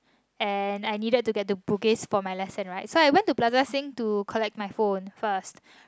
and I needed to get to Bugis for my lesson right so I went to Plaza Sing to collect my phone first